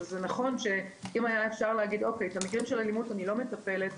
אם היה אפשר להגיד שבמקרים של אלימות אני לא מטפלת,